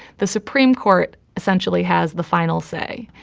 the supreme court essentially has the final say.